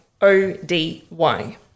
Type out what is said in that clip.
O-D-Y